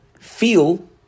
feel